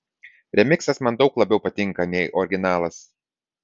remiksas man daug labiau patinka nei originalas